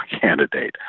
candidate